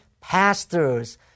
pastors